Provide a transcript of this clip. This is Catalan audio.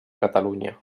catalunya